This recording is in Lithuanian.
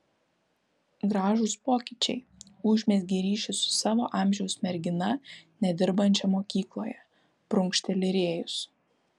gražūs pokyčiai užmezgei ryšį su savo amžiaus mergina nedirbančia mokykloje prunkšteli rėjus